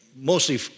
mostly